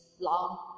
long